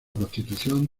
constitución